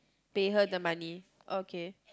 pay her the money okay